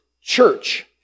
church